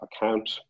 account